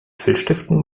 filzstiften